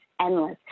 endless